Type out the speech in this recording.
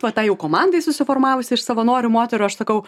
vat tai jau komandai susiformavus iš savanorių moterų aš sakau